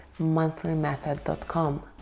monthlymethod.com